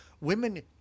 women